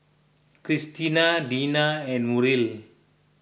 Cristina Deena and Muriel